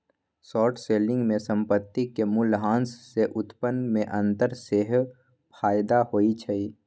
short selling में संपत्ति के मूल्यह्रास से उत्पन्न में अंतर सेहेय फयदा होइ छइ